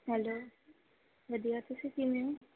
hello ਵਧੀਆ ਤੁਸੀਂ ਕਿਵੇਂ ਹੋ